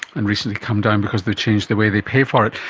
and recently come down because they change the way they pay for it.